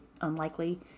unlikely